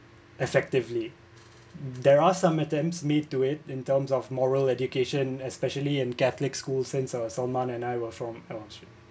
effectively there are some attempts made to it in terms of moral education especially in catholic school since some~ and I were from oh sh~